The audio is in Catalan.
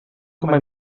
coma